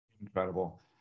Incredible